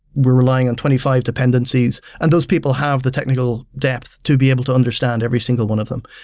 we're relying on twenty five dependencies, and those people have the technical depth to be able to understand every single one of them.